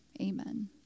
amen